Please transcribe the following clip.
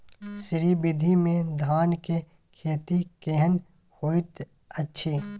श्री विधी में धान के खेती केहन होयत अछि?